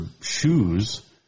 shoes